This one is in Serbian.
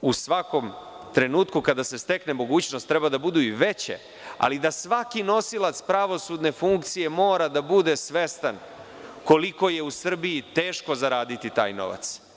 u svakom trenutku kada se stekne mogućnost treba da budu i veće, ali da svaki nosilac pravosudne funkcije mora da bude svestan koliko je u Srbiji teško zaraditi taj novac.